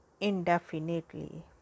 indefinitely